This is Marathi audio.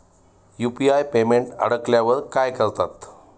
यु.पी.आय पेमेंट अडकल्यावर काय करतात?